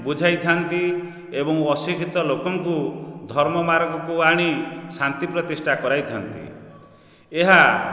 ବୁଝାଇଥାନ୍ତି ଏବଂ ଅଶିକ୍ଷିତ ଲୋକଙ୍କୁ ଧର୍ମ ମାର୍ଗକୁ ଆଣି ଶାନ୍ତି ପ୍ରତିଷ୍ଠା କରାଇଥାନ୍ତି ଏହା